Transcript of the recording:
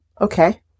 okay